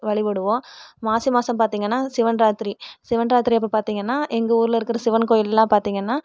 வழிபடுவோம் மாசி மாதம் பார்த்திங்கனா Shivaratri Shivaratri அப்போ பார்த்திங்கனா எங்கள் ஊரில் இருக்கிற சிவன் கோயில்லாம் பார்த்திங்கனா